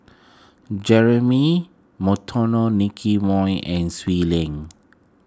Jeremy Monteiro Nicky Moey and Swee Leng